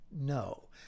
No